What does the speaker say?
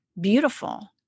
beautiful